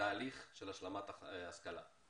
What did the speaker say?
תהליך של השלמת השכלה.